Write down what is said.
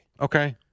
Okay